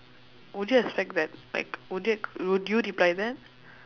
would you expect that like would you e~ would you reply that